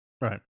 Right